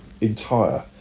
entire